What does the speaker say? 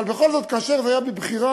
אבל בכל זאת, כאשר זה בבחירה